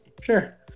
Sure